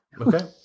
Okay